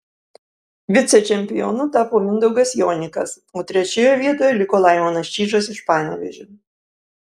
vicečempionu tapo mindaugas jonikas o trečioje vietoje liko laimonas čyžas iš panevėžio